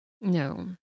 No